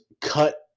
cut